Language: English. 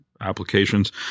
applications